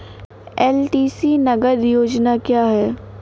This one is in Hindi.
एल.टी.सी नगद योजना क्या है?